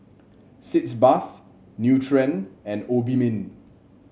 Sitz Bath Nutren and Obimin